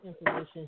information